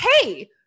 Hey